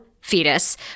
fetus